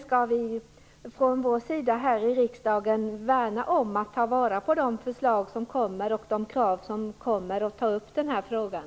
Skall vi här i riksdagen värna om att ta vara på de förslag och krav som kommer och ta upp den här frågan?